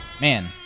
Man